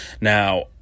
Now